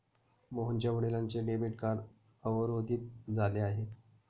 मोहनच्या वडिलांचे debit card अवरोधित झाले आहे